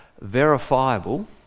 verifiable